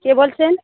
কে বলছেন